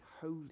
holy